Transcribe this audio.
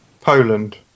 Poland